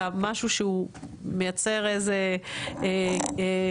אלא משהו שהוא מייצר איזו קביעות